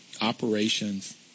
operations